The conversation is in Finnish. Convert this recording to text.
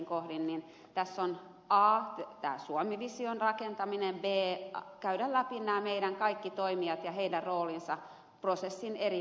tässä on a tämä suomi vision rakentaminen ja käydä läpi nämä kaikki toimijat ja heidän roolinsa prosessin eri vaiheissa